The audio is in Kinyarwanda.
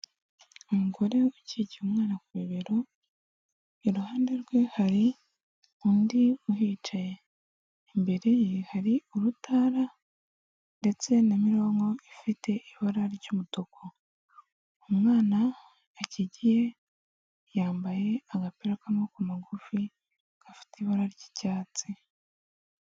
Umugore ukikiye umwana ku bibero iruhande rwe hari undi uhicaye, imbere ye hari urutara ndetse na mironko ifite ibara ry'umutuku, uwo umwana akikiye yambaye agapira k'amaboko magufi gafite ibara ry'icyatsi.